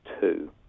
two